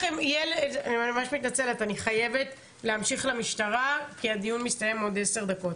אני חייבת להמשיך למשטרה כי הדיון מסתיים עוד עשר דקות.